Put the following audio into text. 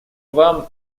вам